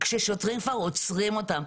כששוטרים כבר עוצרים אותם,